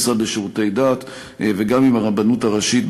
מגעים גם עם המשרד לשירותי דת וגם עם הרבנות הראשית,